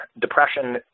depression